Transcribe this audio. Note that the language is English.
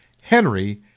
Henry